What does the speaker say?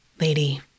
Lady